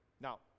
now